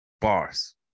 Bars